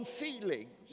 feelings